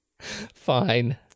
Fine